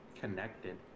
connected